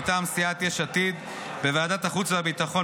מטעם סיעת יש עתיד בוועדות החוץ והביטחון,